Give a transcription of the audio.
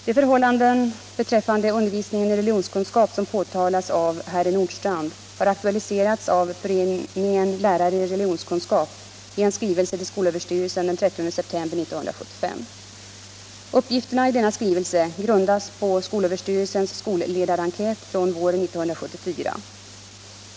De förhållanden beträffande undervisningen i religionskunskap som påtalas av herr Nordstrandh har aktualiserats av Föreningen Lärare i religionskunskap i en skrivelse till skolöverstyrelsen den 30 september 1975. Uppgifterna i denna skrivelse grundas på skolöverstyrelsens skolledarenkät från våren 1974.